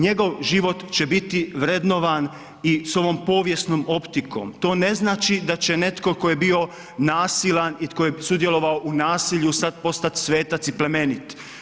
Njegov život će biti vrednovan i s ovim povijesnom optikom, to ne znači, da je netko tko je bio nasilan i tko je sudjelovao u nasilju sada postati svetac i plemenit.